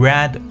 Red